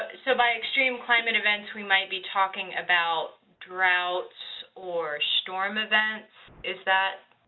ah so by extreme climate events we might be talking about droughts or storm events, is that